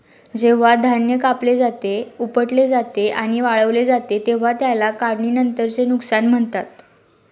जेव्हा धान्य कापले जाते, उपटले जाते आणि वाळवले जाते तेव्हा त्याला काढणीनंतरचे नुकसान म्हणतात